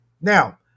Now